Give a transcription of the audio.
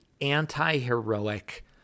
anti-heroic